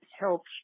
helps